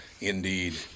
Indeed